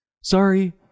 Sorry